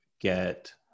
get